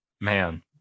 man